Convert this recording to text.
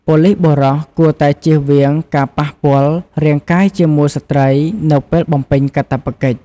ប៉ូលិសបុរសគួរតែជៀសវាងការប៉ះពាល់រាងកាយជាមួយស្ត្រីនៅពេលបំពេញកាតព្វកិច្ច។